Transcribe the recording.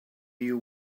you